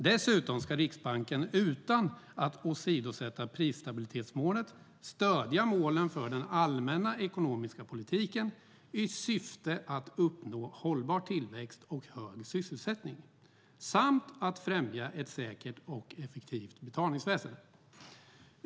Dessutom ska Riksbanken utan att åsidosätta prisstabilitetsmålet stödja målen för den allmänna ekonomiska politiken i syfte att uppnå hållbar tillväxt och hög sysselsättning samt att främja ett säkert och effektivt betalningsväsen.